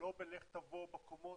לא בלך תבוא בקומות,